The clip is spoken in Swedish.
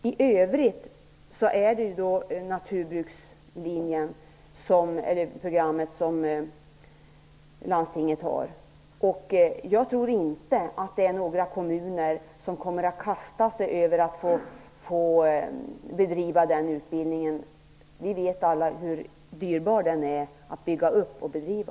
I övrigt är det ju naturbruksprogrammet som landstinget har, och jag tror inte att det är några kommuner som kommer att kasta sig över möjligheten att få bedriva den utbildningen. Vi vet alla hur dyrbar den är att bygga upp och bedriva.